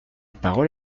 parole